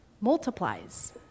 multiplies